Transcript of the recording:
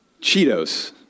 Cheetos